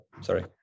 Sorry